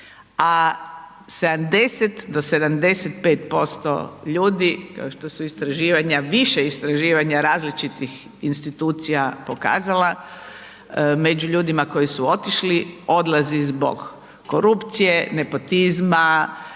a 70 do 75% ljudi kao što su istraživanja, više istraživanja različitih institucija pokazala među ljudima koji su otišli, odlazi zbog korupcije, nepotizma,